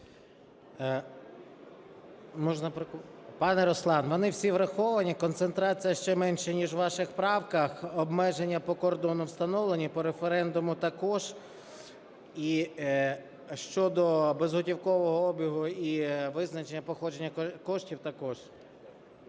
Пане Руслане, вони всі враховані, концентрація ще менша ніж у ваших правках. Обмеження по кордону встановлені, по референдуму також і щодо безготівкового обігу, і визначення, походження коштів також.